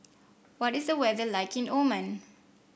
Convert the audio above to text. what is the weather like in Oman